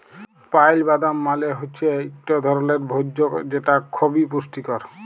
pile বাদাম মালে হৈচ্যে ইকট ধরলের ভোজ্য যেটা খবি পুষ্টিকর